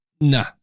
nah